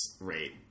rate